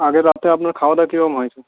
আগের রাতে আপনার খাওয়া দাওয়া কিরকম হয়েছে